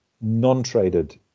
non-traded